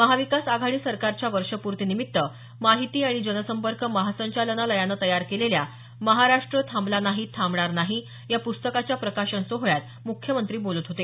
महाविकास आघाडी सरकारच्या वर्षपूर्तीनिमित्त माहिती आणि जनसंपर्क महासंचालनालयानं तयार केलेल्या महाराष्ट्र थांबला नाही थांबणार नाही या प्स्तकाच्या प्रकाशन सोहळ्यात मुख्यमंत्री बोलत होते